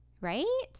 right